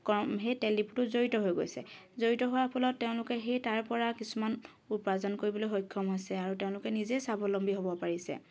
সেই তেল ডিপুটোত জড়িত হৈ গৈছে জড়িত হোৱাৰ ফলত তেওঁলোকে সেই তাৰপৰা কিছুমান উপাৰ্জন কৰিবলৈ সক্ষম হৈছে আৰু তেওঁলোকে নিজেই স্বাৱলম্বী হ'ব পাৰিছে